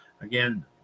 Again